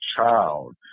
child